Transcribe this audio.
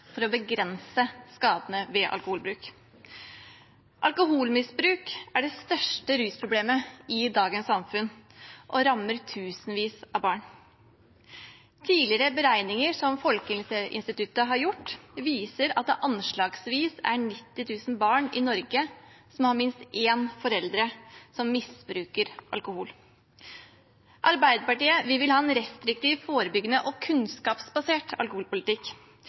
å begrense skadene ved alkoholbruk. Alkoholmisbruk er det største rusproblemet i dagens samfunn og rammer tusenvis av barn. Tidligere beregninger som Folkehelseinstituttet har gjort, viser at det er anslagsvis 90 000 barn i Norge som har minst én forelder som misbruker alkohol. Arbeiderpartiet vil ha en restriktiv, forebyggende og kunnskapsbasert alkoholpolitikk